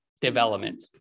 development